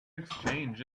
exchange